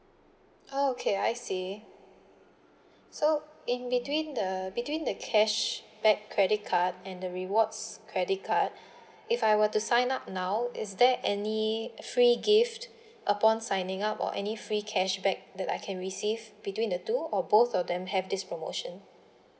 okay I see so in between the between the cashback credit card and the rewards credit card if I were to sign up now is there any free gift upon signing up or any free cashback that I can receive between the two or both of them have this promotion